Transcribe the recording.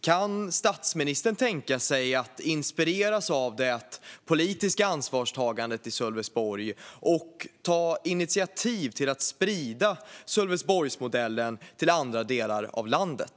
Kan statsministern tänka sig att inspireras av det politiska ansvarstagandet i Sölvesborg och ta initiativ till att sprida Sölvesborgsmodellen till andra delar av landet?